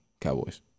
Cowboys